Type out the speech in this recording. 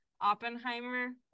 oppenheimer